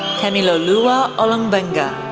temiloluwa olugbenga,